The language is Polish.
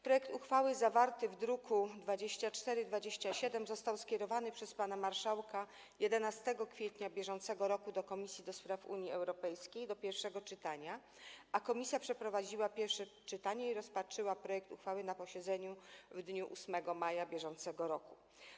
Projekt uchwały zawarty w druku nr 2427 został skierowany przez pana marszałka 11 kwietnia br. do Komisji do Spraw Unii Europejskiej do pierwszego czytania, a komisja przeprowadziła pierwsze czytanie i rozpatrzyła projekt uchwały na posiedzeniu w dniu 8 maja br.